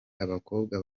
abakobwa